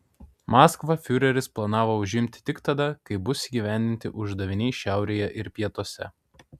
maskvą fiureris planavo užimti tik tada kai bus įgyvendinti uždaviniai šiaurėje ir pietuose